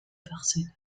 barcelone